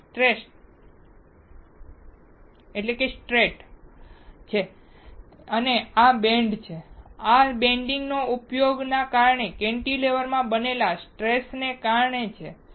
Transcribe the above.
આ સ્ટ્રેટ છે અને આ બેન્ટ છે આ બેન્ડિંગ ઉપયોગના કારણે કેન્ટિલેવર માં બનેલા સ્ટ્રેસને કારણે છે